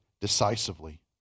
decisively